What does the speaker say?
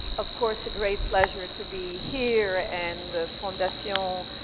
of course, a great pleasure to be here and foundacion